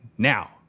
Now